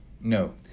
No